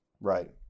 Right